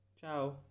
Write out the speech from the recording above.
Ciao